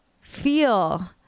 feel